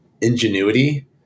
ingenuity